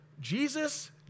Jesus